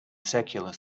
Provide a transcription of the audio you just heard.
secular